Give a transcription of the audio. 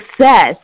success